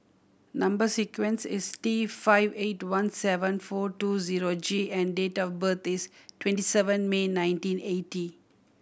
number sequence is T five eight two one seven four two zero G and date of birth is twenty seven May nineteen eighty